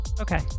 okay